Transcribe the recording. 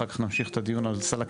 אחר כך נמשיך את הדיון על סל הקליטה.